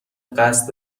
قصد